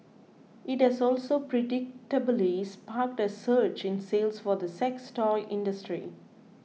it has also predictably sparked a surge in sales for the sex toy industry